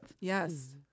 Yes